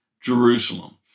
Jerusalem